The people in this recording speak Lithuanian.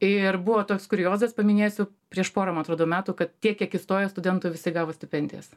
ir buvo toks kuriozas paminėsiu prieš porą man atrodo metų kad tiek kiek įstojo studentų visi gavo stipendijas